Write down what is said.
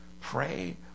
Pray